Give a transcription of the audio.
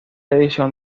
edición